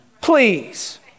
please